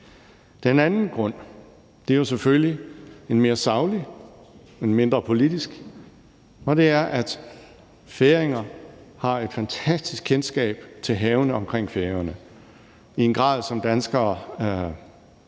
Den anden grund er selvfølgelig mere saglig og mindre politisk, og det handler om, at færinger har et fantastisk kendskab til havene omkring Færøerne, og det har de i en grad, som danskere